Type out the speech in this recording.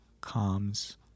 comes